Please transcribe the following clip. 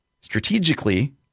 Strategically